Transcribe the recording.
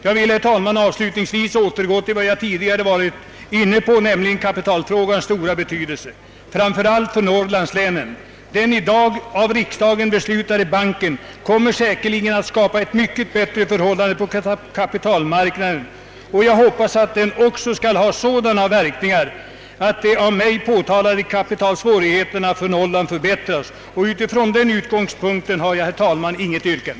Jag vill, herr talman, avslutningsvis återgå till det ämne jag tidigare varit inne på, nämligen kapitalfrågans stora betydelse framför allt för norrlandslänen. Den i dag av riksdagen beslutade banken kommer säkerligen att skapa betydligt bättre förhållanden på kapitalmarknaden, och jag hoppas att den också skall ha sådana verkningar att de av mig påtalade kapitalsvårigheterna för Norrland minskar. Herr talman! Jag har med denna utgångspunkt inget yrkande.